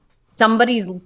somebody's